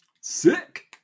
Sick